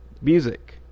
music